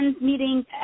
Meeting